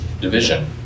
division